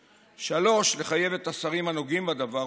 3. לחייב את השרים הנוגעים בדבר,